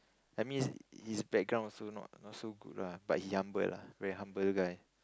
I mean his his background also not not so good lah but he humble lah very humble guy